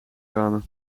komen